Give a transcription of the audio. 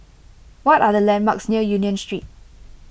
what are the landmarks near Union Street